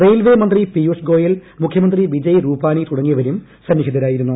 railway മന്ത്രി പിയൂഷ് ഗോയൽ മുഖ്യമന്ത്രി വിജയ് രൂപാണി തുടങ്ങിയവരും സന്നിഹിതരായിരിക്കും